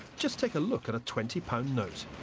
just take a look at a twenty pounds note.